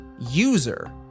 user